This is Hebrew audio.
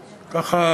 ככה,